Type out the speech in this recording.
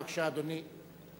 בבקשה, אדוני.